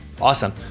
Awesome